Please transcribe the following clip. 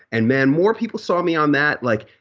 and man, more people saw me on that, like,